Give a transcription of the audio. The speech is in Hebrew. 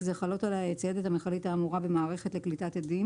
זה חלות עליה יצייד את המכלית האמורה במערכת לקליטת אדים